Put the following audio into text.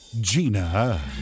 Gina